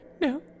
No